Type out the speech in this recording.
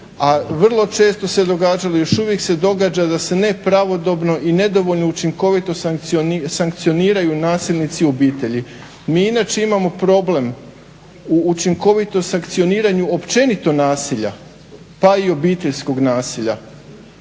uvijek se događa da se nepravodobno i nedovoljno učinkovito sankcioniraju nasilnici u obitelji. Mi inače imamo problem u učinkovitom sankcioniranju općenito nasilja pa i obiteljskog nasilja.